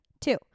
Two